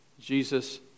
Jesus